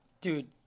Dude